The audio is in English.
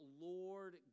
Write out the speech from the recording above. Lord